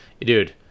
dude